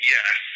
Yes